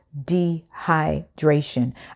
dehydration